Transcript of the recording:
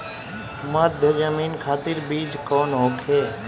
मध्य जमीन खातिर बीज कौन होखे?